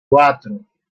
cuatro